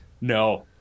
No